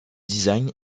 design